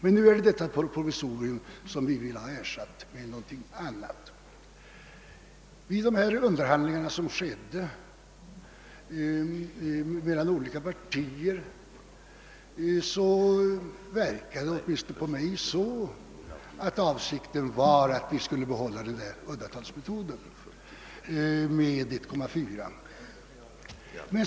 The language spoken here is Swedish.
Vid de underhandlingar som fördes vid partiöverläggningarna och inom grundlagberedningen verkade det åtminstone på mig som om avsikten var att vi skulle behålla uddatalsmetoden med 1,4.